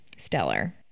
stellar